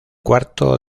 cuarto